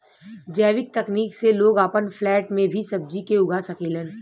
जैविक तकनीक से लोग आपन फ्लैट में भी सब्जी के उगा सकेलन